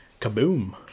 Kaboom